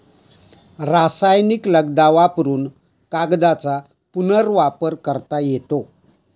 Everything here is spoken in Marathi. रासायनिक लगदा वापरुन कागदाचा पुनर्वापर करता येतो